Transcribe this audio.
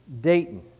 Dayton